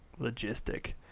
logistic